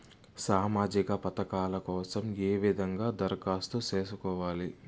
సామాజిక పథకాల కోసం ఏ విధంగా దరఖాస్తు సేసుకోవాలి